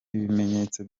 ibimenyetso